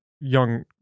young